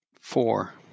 Four